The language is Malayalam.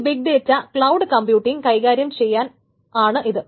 ഈ ബിഗ് ഡേറ്റ ക്ലൌഡ് കമ്പ്യൂട്ടിംഗ് കൈകാര്യം ചെയ്യാൻ ആണ് ഇത്